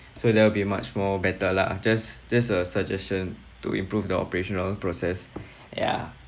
so that'll be much more better lah just just a suggestion to improve the operational process ya